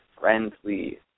friendly